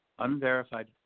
Unverified